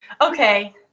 Okay